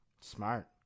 smart